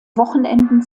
wochenenden